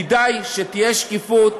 כדאי שתהיה שקיפות,